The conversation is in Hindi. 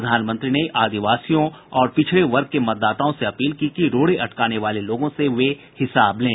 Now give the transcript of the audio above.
प्रधानमंत्री ने आदिवासियों और पिछडे वर्ग के मतदाताओं से अपील की कि रोडे अटकाने वाले लोगों से वे हिसाब लें